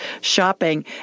shopping